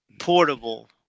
portable